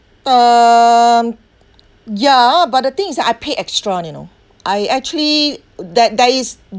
um ya but the thing is that I pay extra you know I actually there there is